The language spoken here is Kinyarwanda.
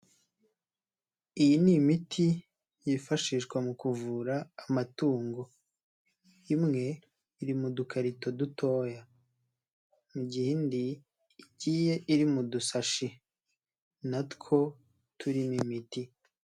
iyi ni imiti yifashishwa mu kuvura amatungo, imwe iri mu dukarito dutoya, mu gihe indi igiye iri mu dusashi na two turimo imiti.